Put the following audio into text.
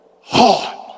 heart